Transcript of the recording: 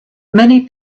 many